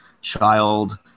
child